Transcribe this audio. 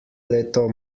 leto